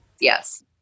Yes